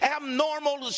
abnormal